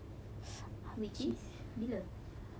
which is bila